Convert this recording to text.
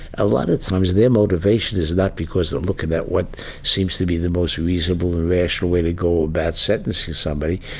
a lot of times their motivation is that because they're looking at what seems to be the most reasonable or rational way to go about sentencing somebody,